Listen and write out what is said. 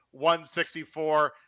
164